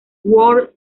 world